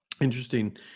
Interesting